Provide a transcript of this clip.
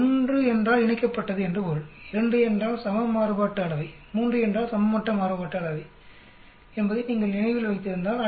1 என்றால் இணைக்கப்பட்டது என்று பொருள் 2 என்றால் சம மாறுபாட்டு அளவை 3 என்றால் சமமற்ற மாறுபாட்டு அளவை என்பதை நீங்கள் நினைவில் வைத்திருந்தால்